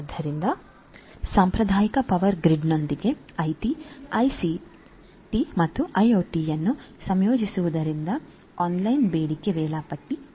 ಆದ್ದರಿಂದ ಸಾಂಪ್ರದಾಯಿಕ ಪವರ್ ಗ್ರಿಡ್ನೊಂದಿಗೆ ಐಟಿ ಐಒಟಿ ಮತ್ತು ಐಸಿಟಿಯನ್ನು ಸಂಯೋಜಿಸುವುದರೊಂದಿಗೆ ಆನ್ಲೈನ್ ಬೇಡಿಕೆ ವೇಳಾಪಟ್ಟಿ ಸಾಧ್ಯ